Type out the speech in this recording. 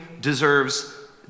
deserves